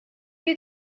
you